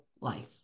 life